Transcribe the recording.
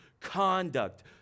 conduct